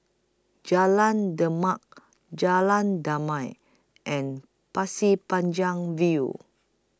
Jalan Demak Jalan Damai and Pasir Panjang View